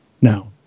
Now